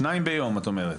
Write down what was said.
שניים ביום את אומרת.